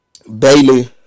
Bailey